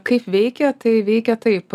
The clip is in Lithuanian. kaip veikia tai veikia taip